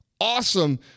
awesome